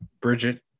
Bridget